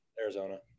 Arizona